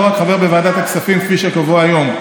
ולא רק חבר ועדת הכספים כפי שקבוע היום.